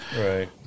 Right